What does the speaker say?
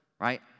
right